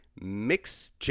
Mix